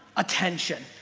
attention,